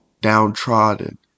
downtrodden